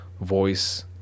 voice